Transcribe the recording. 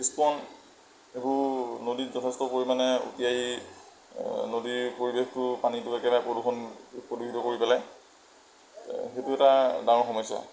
sponge এইবোৰ নদীত যথেষ্ট পৰিমাণে উটি আহি নদীৰ পৰিৱেশটো পানীটো একেবাৰে প্ৰদূষণ প্ৰদূষিত কৰি পেলায় সেইটো এটা ডাঙৰ সমস্যা